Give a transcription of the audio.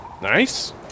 Nice